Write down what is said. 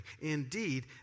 Indeed